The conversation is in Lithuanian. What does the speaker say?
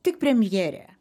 tik premjerė